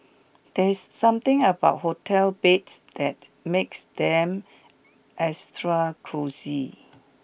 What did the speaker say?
there's something about hotel beds that makes them extra cosy